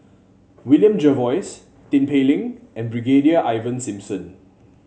William Jervois Tin Pei Ling and Brigadier Ivan Simson